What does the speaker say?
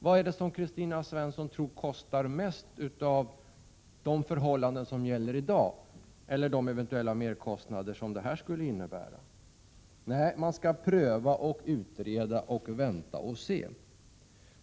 Vad är det som kostar mest, tror Kristina Svensson, att klara de svårigheter som finns i dag eller de eventuella merkostnader som vårt förslag skulle innebära? Nej, regeringen vill pröva, utreda, vänta och se.